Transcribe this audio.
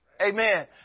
Amen